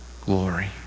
glory